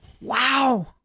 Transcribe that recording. Wow